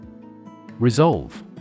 Resolve